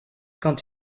quand